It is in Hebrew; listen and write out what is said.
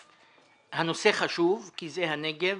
הנושא חשוב כי זה הנגב